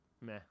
Meh